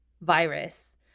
virus